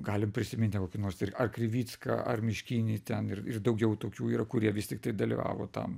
galim prisimint ten kokį nors ir ar krivicką ar miškinį ten ir daugiau tokių yra kurie vis tiktai dalyvavo tam